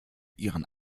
ihren